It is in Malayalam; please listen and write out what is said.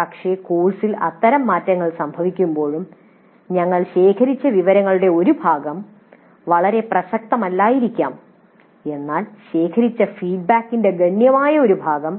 പക്ഷേ കോഴ്സിൽ അത്തരം മാറ്റങ്ങൾ സംഭവിക്കുമ്പോഴും ഞങ്ങൾ ശേഖരിച്ച വിവരങ്ങളുടെ ഒരു ഭാഗം വളരെ പ്രസക്തമല്ലായിരിക്കാം എന്നാൽ ശേഖരിച്ച ഫീഡ്ബാക്കിന്റെ ഗണ്യമായ ഒരു ഭാഗം